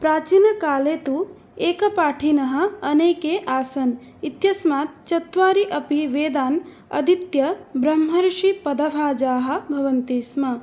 प्राचीनकाले तु एकपाठिनः अनेके आसन् इत्यस्मात् चत्वारि अपि वेदान् अधीत्य ब्रह्मर्षिपदभाजः भवन्ति स्म